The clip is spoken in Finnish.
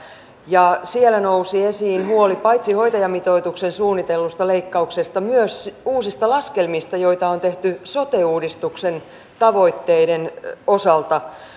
ja siellä nousi esiin huoli paitsi hoitajamitoitukseen suunnitellusta leikkauksesta myös uusista laskelmista joita on tehty sote uudistuksen tavoitteiden osalta